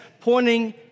pointing